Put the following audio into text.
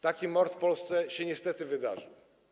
Taki mord w Polsce się niestety wydarzył.